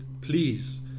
please